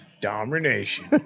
domination